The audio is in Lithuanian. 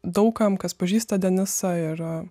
daug kam kas pažįsta denisą ir a